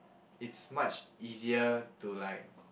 it's much easier to like